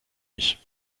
ich